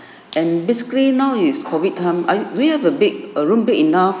and basically now is COVID time are you do you have a big a room big enough